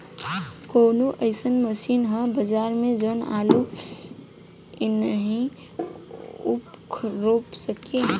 कवनो अइसन मशीन ह बजार में जवन आलू नियनही ऊख रोप सके?